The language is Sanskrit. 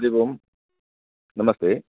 हरिः ओम् नमस्ते